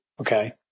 Okay